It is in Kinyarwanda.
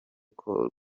kuri